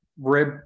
Rib